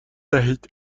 دهید